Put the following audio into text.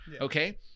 Okay